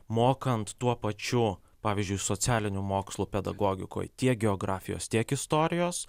mokant tuo pačiu pavyzdžiui socialinių mokslų pedagogikoj tiek geografijos tiek istorijos